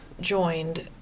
joined